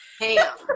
ham